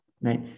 right